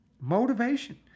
Motivation